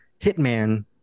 hitman